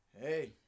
hey